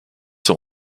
son